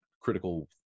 critical